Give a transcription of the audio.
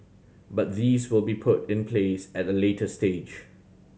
but these will be put in place at the later stage